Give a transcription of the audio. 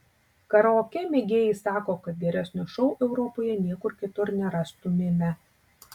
karaoke mėgėjai sako kad geresnio šou europoje niekur kitur nerastumėme